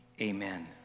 amen